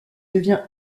devient